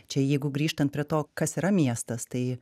čia jeigu grįžtant prie to kas yra miestas tai